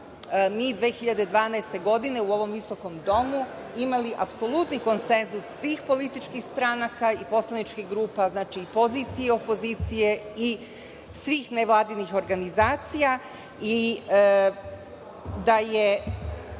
mi 2012. godine u ovom visokom domu imali apsolutni konsenzus svih političkih stranaka i poslaničkih grupa, znači i pozicije i opozicije, i svih nevladinih organizacija i da je